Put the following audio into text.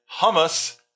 hummus